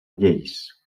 lleis